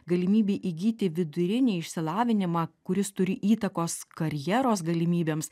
galimybė įgyti vidurinį išsilavinimą kuris turi įtakos karjeros galimybėms